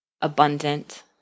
abundant